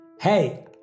Hey